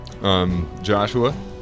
Joshua